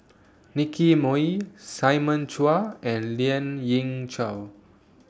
Nicky Moey Simon Chua and Lien Ying Chow